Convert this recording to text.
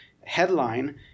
headline